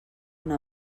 anar